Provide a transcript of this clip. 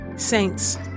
saints